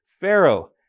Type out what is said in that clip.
Pharaoh